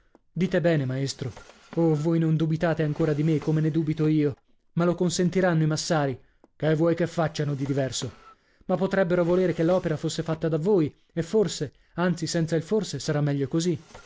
dite bene maestro oh voi non dubitate ancora di me come ne dubito io ma lo consentiranno i massari che vuoi che facciano di diverso ma potrebbero volere che l'opera fosse fatta da voi e forse anzi senza il forse sarà meglio così